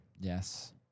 Yes